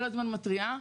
כל הזמן מתריעה.